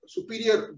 Superior